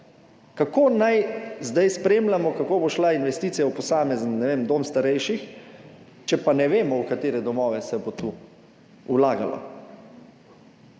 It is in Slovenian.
Kako naj zdaj spremljamo, kako bo šla investicija v posamezen, ne vem, dom starejših, če pa ne vemo, v katere domove se bo tu vlagalo?